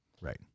right